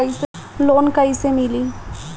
Loan कइसे मिली?